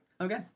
Okay